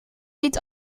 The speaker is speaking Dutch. niet